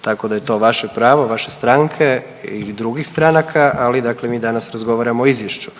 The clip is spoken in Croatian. tako da je to vaše pravo, vaše stranke i drugih stranaka, ali dakle mi danas razgovaramo o izvješću.